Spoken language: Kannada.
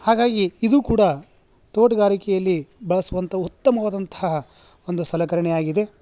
ಹಾಗಾಗಿ ಇದೂ ಕೂಡ ತೋಟಗಾರಿಕೆಯಲ್ಲಿ ಬಳಸುವಂಥ ಉತ್ತಮವಾದಂತಹ ಒಂದು ಸಲಕರಣೆ ಆಗಿದೆ